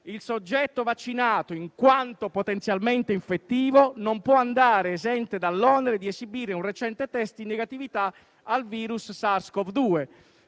il soggetto vaccinato (in quanto potenzialmente infettivo) non può andare esente dall'onere di esibire un recente test di negatività al virus SARS-CoV-2